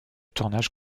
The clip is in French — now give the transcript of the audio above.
tournage